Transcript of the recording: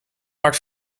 maakt